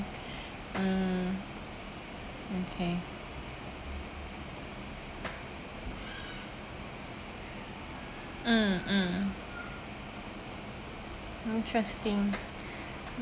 mm okay mm mm interesting